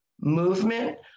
movement